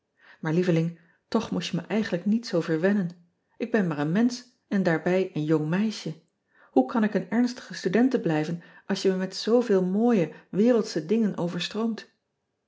aar lieveling toch moest je me eigenlijk niet zoo verwennen k ben maar een mensch en daarbij een jong meisje oe kan ik een ernstige studente blijven als je me met zooveel mooie wereldsche dingen